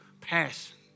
passion